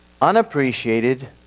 unappreciated